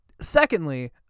Secondly